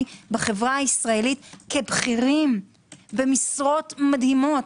בחברה הישראלית כבכירים במשרות מדהימות,